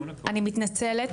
אני מתנצלת,